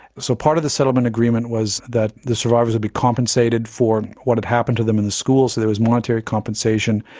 so part of the settlement agreement was the the survivors would be compensated for what had happened to them in the schools. there was monetary compensation,